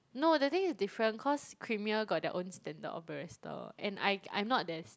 no the thing is different cause creamier got their own standard of barista and I I'm not there